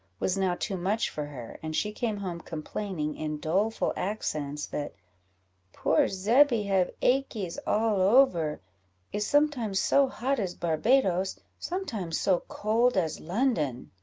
was now too much for her, and she came home complaining, in doleful accents, that poor zebby have achies all over is sometimes so hot as barbadoes, sometimes so cold as london.